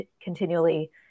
continually